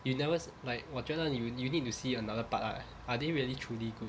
you never like 我觉得 you you need to see another part ah are they really truly good